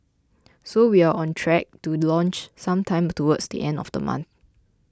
so we're on track to launch sometime towards the end of the month